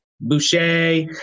Boucher